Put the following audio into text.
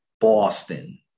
Boston